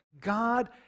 God